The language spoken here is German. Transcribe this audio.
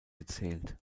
gezählt